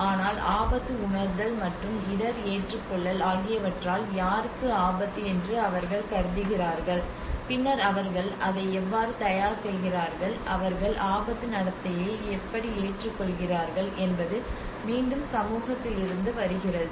ஆனால் ஆபத்து உணர்தல் மற்றும் இடர் ஏற்றுக்கொள்ளல் ஆகியவற்றால் யாருக்கு ஆபத்து என்று அவர்கள் கருதுகிறார்கள் பின்னர் அவர்கள் அதை எவ்வாறு தயார் செய்கிறார்கள் அவர்கள் ஆபத்து நடத்தையை எப்படி ஏற்றுக்கொள்கிறார்கள் என்பது மீண்டும் சமூகத்திலிருந்து வருகிறது